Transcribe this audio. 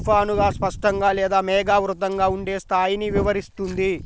తుఫానుగా, స్పష్టంగా లేదా మేఘావృతంగా ఉండే స్థాయిని వివరిస్తుంది